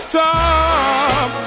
top